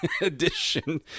edition